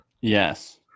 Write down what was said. Yes